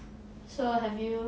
so have you